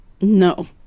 No